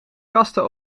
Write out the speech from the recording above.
kasten